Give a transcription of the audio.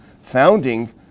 founding